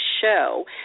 show